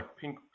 pink